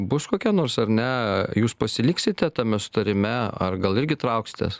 bus kokia nors ar ne jūs pasiliksite tame susitarime ar gal irgi trauksitės